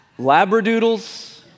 labradoodles